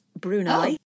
Brunei